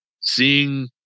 seeing